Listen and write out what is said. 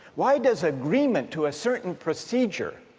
why does agreement to certain procedure,